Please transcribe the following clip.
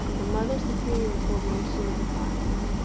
the mother su perior told me she was a basque.